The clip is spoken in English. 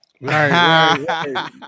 Right